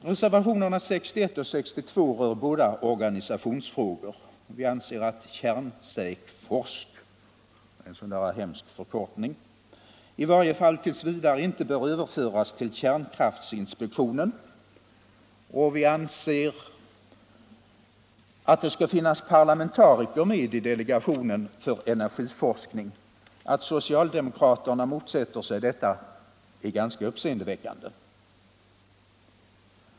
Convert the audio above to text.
Reservationerna 61 och 62 rör båda organisationsfrågor. Vi anser att Kärnsäkforsk — en sådan där hemsk förkortning —i varje fall t. v. inte bör överföras till kärnkraftinspektionen, och vi anser att det skall finnas parlamentariker med i delegationen för energiforskning. Att socialdemokraterna motsätter sig detta är ganska uppseendeväckande.